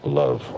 love